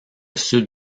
sud